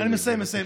אני מסיים, מסיים.